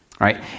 right